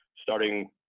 starting